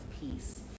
peace